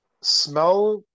smell